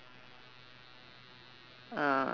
uh